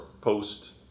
post